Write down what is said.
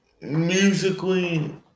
musically